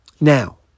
Now